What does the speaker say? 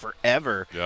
forever